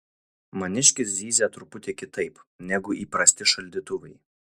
maniškis zyzia truputį kitaip negu įprasti šaldytuvai